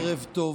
ערב טוב.